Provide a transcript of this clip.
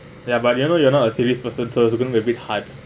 ya but you all know you're not a series person so it going to be a bit hard lah